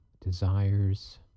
desires